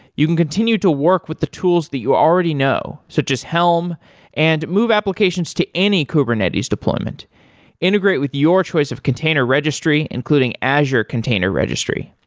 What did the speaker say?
you can continue to work with the tools that you already know, so just helm and move applications to any kubernetes deployment integrate with your choice of container registry, including azure container registry.